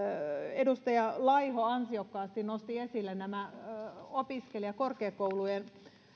edustaja laiho ansiokkaasti nosti esille nämä opiskelija korkeakoulujen